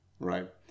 right